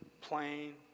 plain